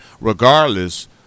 regardless –